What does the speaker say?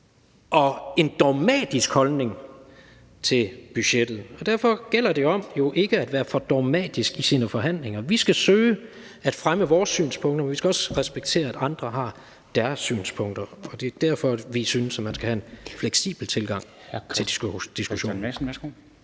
og en dogmatisk holdning til budgettet, og derfor gælder det om ikke at være for dogmatisk i sine forhandlinger. Vi skal søge at fremme vores synspunkter, men vi skal også respektere, at andre har deres synspunkter. Det er derfor, vi synes, at man skal have en fleksibel tilgang til diskussionen.